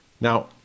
Now